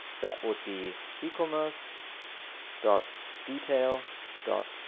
that would be ecommerce dot detail dot.